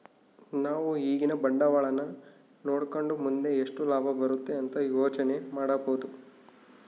ನಾವು ಈಗಿನ ಬಂಡವಾಳನ ನೋಡಕಂಡು ಮುಂದೆ ಎಷ್ಟು ಲಾಭ ಬರುತೆ ಅಂತ ಯೋಚನೆ ಮಾಡಬೋದು